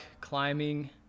Climbing